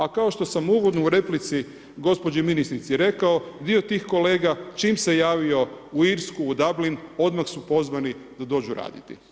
A kao što sam uvodno u replici gospođi ministrici rekao, dio tih kolega čim se javio u Irsku u Dablin, odmah su pozvani da dođu raditi.